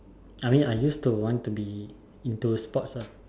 I mean I used to want to be into sports ah